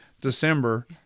December